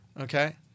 Okay